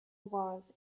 was